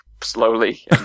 slowly